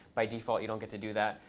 by default, you don't get to do that.